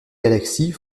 galaxies